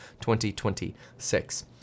2026